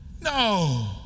No